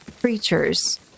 creatures